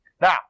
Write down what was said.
Now